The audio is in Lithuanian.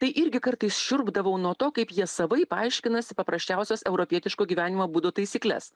tai irgi kartais šiurpdavau nuo to kaip jie savaip aiškinasi paprasčiausias europietiško gyvenimo būdo taisykles